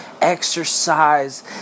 exercise